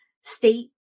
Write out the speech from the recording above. state